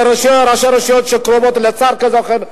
ראשי רשויות שקרובים לשר כזה או אחר.